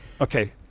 Okay